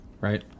Right